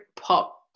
pop